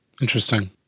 Interesting